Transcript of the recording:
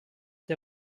der